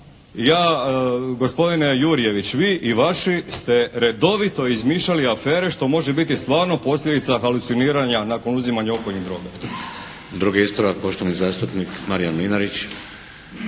ja gospodine Jurjević vi i vaši ste redovito izmišljali afere što može biti stvarno posljedica haluciniranja nakon uzimanja opojnih droga. **Šeks, Vladimir (HDZ)** Drugi ispravak poštovani zastupnik Marijan Mlinarić.